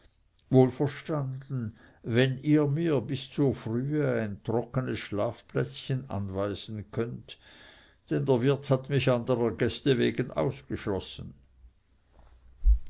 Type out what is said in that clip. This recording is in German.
wohlverstanden wenn ihr mir bis zur frühe ein trockenes schlafplätzchen anweisen könnt denn der wirt hat mich andrer gäste wegen ausgeschlossen